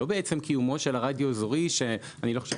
לא בעצם קיומו של הרדיו האזורי שאני לא חושב